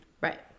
Right